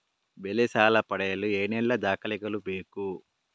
ಬೆಳೆ ಸಾಲ ಪಡೆಯಲು ಏನೆಲ್ಲಾ ದಾಖಲೆಗಳು ಬೇಕು?